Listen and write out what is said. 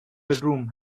bedroom